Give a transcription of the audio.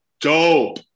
dope